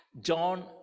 john